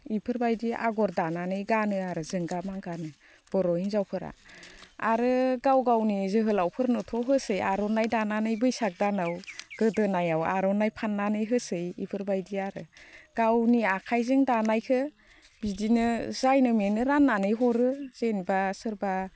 बेफोरबायदि आगर दानानै गानो आरो जोंगा मागानो बर' हिन्जावफोरा आरो गाव गावनि जोहोलावफोरनोथ' होसै आरनाइ दानानै बैसाग दानाव गोदोनायाव आरनाइ फाननानै होसै बेफोरबायदि आरो गावनि आखाइजों दानायखौ बिदिनो जायनो मेनो राननानै हरो जेनेबा सोरबा